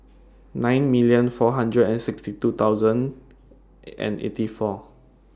nine million four hundred and sixty two thousand and eighty four